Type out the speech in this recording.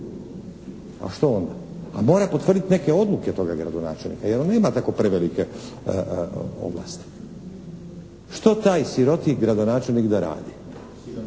A što onda? A mora potvrditi neke odluke toga gradonačelnika jer on nema tako prevelike ovlasti. Što taj siroti gradonačelnik da radi?